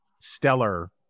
stellar